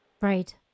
Right